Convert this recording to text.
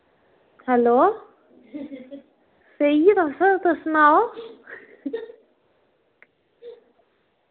hello सेइये तुस तुस सनाओ